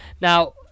now